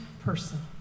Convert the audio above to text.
person